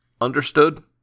Understood